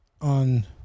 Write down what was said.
on